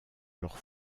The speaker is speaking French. leurs